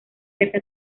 verse